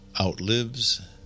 outlives